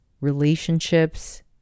relationships